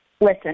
Listen